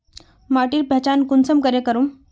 माटिर पहचान कुंसम करे करूम?